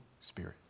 Spirit